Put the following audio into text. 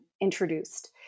introduced